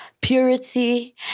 Purity